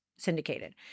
Syndicated